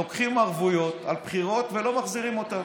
לוקחים ערבויות על בחירות ולא מחזירים אותן.